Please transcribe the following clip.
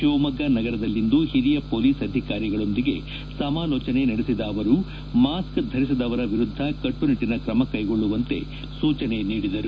ಶಿವಮೊಗ್ಗ ನಗರದಲ್ಲಿಂದು ಹಿರಿಯ ಪೊಲೀಸ್ ಅಧಿಕಾರಿಗಳೊಂದಿಗೆ ಸಮಾಲೋಚನೆ ನಡೆಬದ ಅವರು ಧರಿಸದವರ ವಿರುದ್ದ ಕಟ್ಟುನಿಟ್ಟನ ಕ್ರಮ ಕೈಗೊಳ್ಳುವಂತೆ ಸೂಚನೆ ನೀಡಿದ್ದಾರೆ